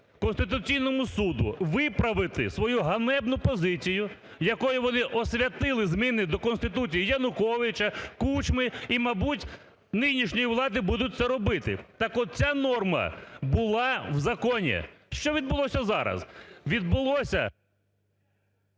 Конституційному Суду виправити свою ганебну позицію, якою вони освятили зміни до Конституції Януковича, Кучми і, мабуть, нинішньої влади будуть це робити. Так от ця норма була в законі. Що відбулося зараз? Відбулося…